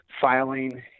filing